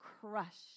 crushed